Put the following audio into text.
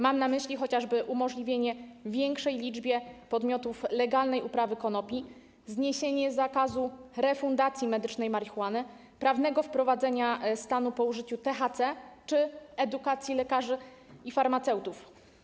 Mam na myśli chociażby umożliwienie większej liczbie podmiotów legalnej uprawy konopi, zniesienie zakazu refundacji medycznej marihuany, umożliwienie prawnego wprowadzenia stanu po użyciu THC czy edukacji lekarzy i farmaceutów.